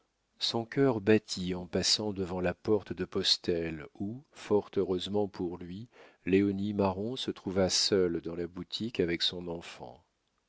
son cœur battit en passant devant la porte de postel où fort heureusement pour lui léonie marron se trouva seule dans la boutique avec son enfant